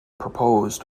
proposed